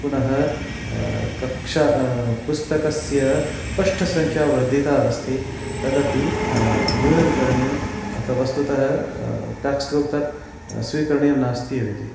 पुनः कक्षा पुस्तकस्य पृष्ठसंख्या वर्धिता अस्ति तदपि न्यूनं करणीयम् अतः वस्तुतः टेक्स्ट्बुक् तत् स्वीकरणीयं नास्त्येव इति